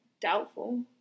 Doubtful